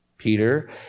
Peter